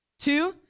Two